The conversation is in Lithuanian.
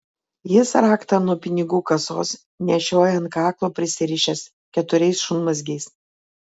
jis raktą nuo pinigų kasos nešioja ant kaklo pasirišęs keturiais šunmazgiais